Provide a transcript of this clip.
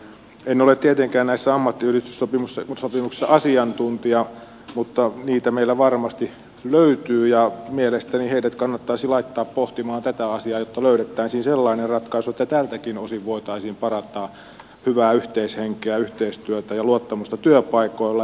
en ole tietenkään näissä ammattiyhdistyssopimuksissa asiantuntija mutta heitä meillä varmasti löytyy ja mielestäni heidät kannattaisi laittaa pohtimaan tätä asiaa jotta löydettäisiin sellainen ratkaisu että tältäkin osin voitaisiin parantaa hyvää yhteishenkeä yhteistyötä ja luottamusta työpaikoilla